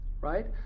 Right